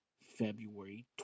February